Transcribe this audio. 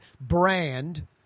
brand